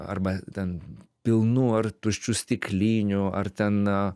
arba ten pilnų ar tuščių stiklinių ar ten